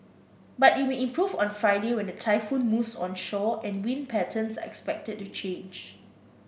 but it may improve on Friday when the typhoon moves onshore and wind patterns are expected to change